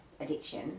addiction